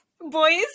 boys